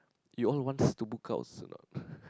you all want to book out or not